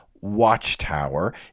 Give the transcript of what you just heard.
watchtower